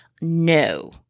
No